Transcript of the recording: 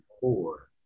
four